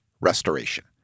restoration